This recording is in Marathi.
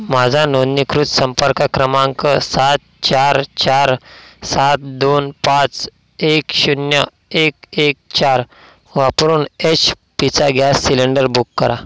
माझा नोंदणीकृत संपर्क क्रमांक सात चार चार सात दोन पाच एक शून्य एक एक चार वापरून एच पीचा गॅस सिलेंडर बुक करा